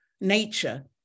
nature